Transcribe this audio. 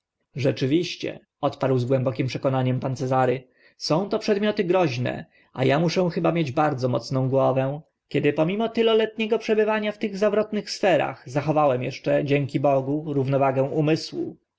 rzeczywiście odparł z głębokim przekonaniem pan cezary są to przedmioty groźne a a muszę chyba mieć bardzo mocną głowę kiedy pomimo tyloletniego przebywania w tych zawrotnych sferach zachowałem eszcze dzięki bogu równowagę umysłu